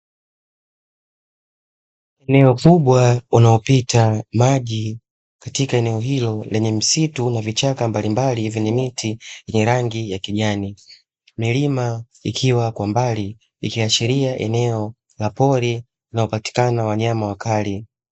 Eneo kubwa unaopita maji katika eneo hilo lenye msitu na vichaka mbalimbali vyenye miti ya rangi ya kijani, milima ikiwa kwa mbali ikiashiria eneo la pori na upatikana wanyama wakali.